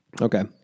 Okay